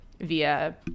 via